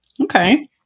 okay